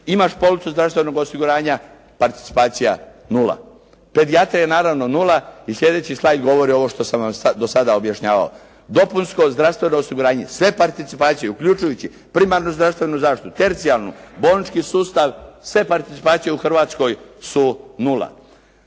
Imaš policu zdravstvenog osiguranja, participacija nula. Pedijatrija je naravno nula i sljedeći slajd govori ovo što sam vam do sad objašnjavao. Dopunsko zdravstveno osiguranje sve participacije, uključujući primarnu zdravstvenu zaštitu, tercijarnu, bolnički sustav, sve participacije u Hrvatskoj su nula.